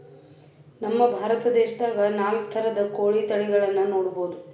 ನಮ್ ಭಾರತ ದೇಶದಾಗ್ ನಾಲ್ಕ್ ಥರದ್ ಕೋಳಿ ತಳಿಗಳನ್ನ ನೋಡಬಹುದ್